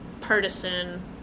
partisan